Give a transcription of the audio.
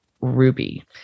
Ruby